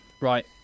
right